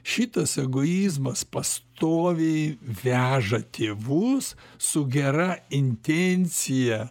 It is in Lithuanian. šitas egoizmas pastoviai veža tėvus su gera intencija